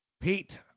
Pete